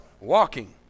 walking